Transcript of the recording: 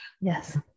Yes